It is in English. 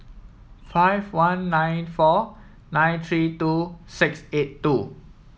five one nine four nine three two six eight two